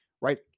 right